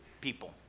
people